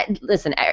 listen